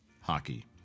hockey